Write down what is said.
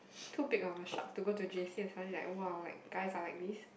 too big of a shock to go to J_C and suddenly like !wow! like guys are like this